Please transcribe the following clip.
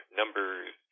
numbers